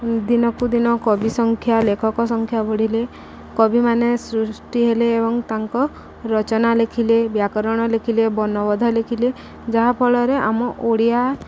ଦିନକୁ ଦିନ କବି ସଂଖ୍ୟା ଲେଖକ ସଂଖ୍ୟା ବଢ଼ିଲେ କବିମାନେ ସୃଷ୍ଟି ହେଲେ ଏବଂ ତାଙ୍କ ରଚନା ଲେଖିଲେ ବ୍ୟାକରଣ ଲେଖିଲେ ବର୍ଣ୍ଣବୋଧ ଲେଖିଲେ ଯାହାଫଳରେ ଆମ ଓଡ଼ିଆ